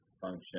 function